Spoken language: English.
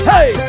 Hey